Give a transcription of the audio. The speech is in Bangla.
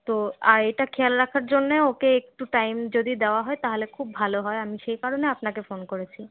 তো আর এটা খেয়াল রাখার জন্যে ওকে একটু টাইম যদি দেওয়া হয় তাহলে খুব ভালো হয় আমি সেই কারণে আপনাকে ফোন করেছি